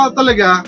talaga